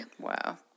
Wow